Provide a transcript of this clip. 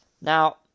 Now